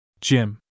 Jim